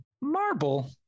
marble